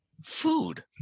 food